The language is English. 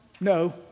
No